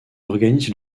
organise